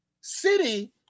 city